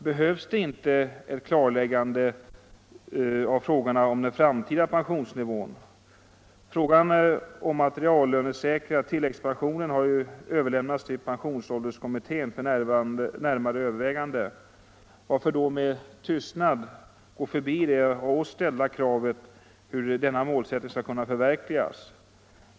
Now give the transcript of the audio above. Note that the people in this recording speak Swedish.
Behövs det inte ett klarläggande av frågorna om den framtida pensionsnivån? Frågan om att reallönesäkra tilläggspensionen har ju överlämnats till pensionsålderskommittén för närmare övervägande. Varför då med tystnad gå förbi det av oss framställda kravet på hur denna målsättning skall kunna förverkligas?